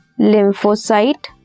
lymphocyte